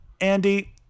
Andy